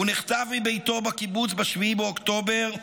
הוא נחטף מביתו בקיבוץ ב-7 באוקטובר,